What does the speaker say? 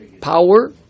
power